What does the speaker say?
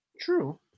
True